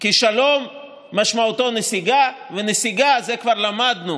כי שלום משמעותו נסיגה, ונסיגה, את זה כבר למדנו